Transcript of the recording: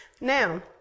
Now